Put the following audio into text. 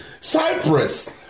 Cyprus